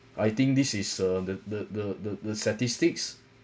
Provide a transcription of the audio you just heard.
I think this is uh the the the the the statistics